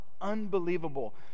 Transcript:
unbelievable